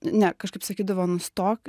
ne kažkaip sakydavo nustok